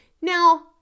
Now